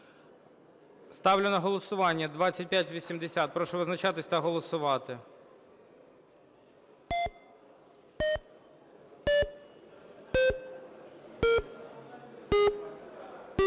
Ставлю на голосування 2582. Прошу визначатись та голосувати.